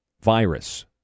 virus